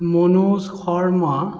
Manoj Sharma